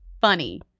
funny